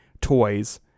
toys